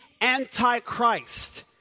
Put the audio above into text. Antichrist